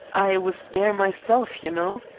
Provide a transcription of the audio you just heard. i was there myself, you know.